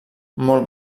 molt